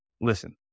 Listen